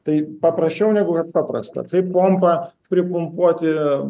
tai paprasčiau negu yra paprasta kaip pompa pripumpuoti